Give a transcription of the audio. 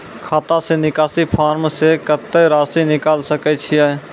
खाता से निकासी फॉर्म से कत्तेक रासि निकाल सकै छिये?